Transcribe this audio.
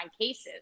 cases